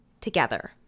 together